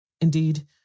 Indeed